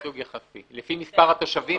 ייצוג יחסי לפי מספר התושבים.